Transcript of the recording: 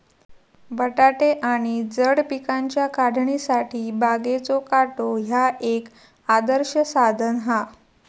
बटाटे आणि जड पिकांच्या काढणीसाठी बागेचो काटो ह्या एक आदर्श साधन हा